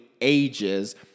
ages